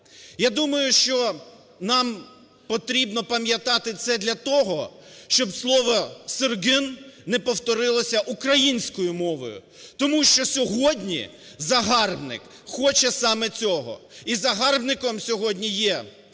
Я думаю, що нам потрібно пам'ятати це для того, щоб слово "сюрген" не повторилося українською мовою. Тому що сьогодні загарбник хоче саме цього, і загарбником сьогодні є